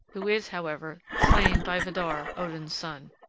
who is, however, slain by vidar, odin's son.